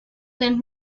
than